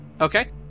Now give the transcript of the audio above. Okay